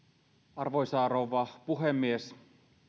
arvoisa rouva puhemies